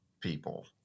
people